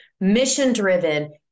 mission-driven